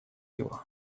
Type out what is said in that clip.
его